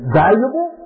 valuable